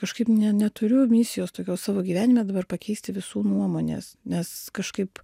kažkaip ne neturiu misijos tokios savo gyvenime dabar pakeisti visų nuomones nes kažkaip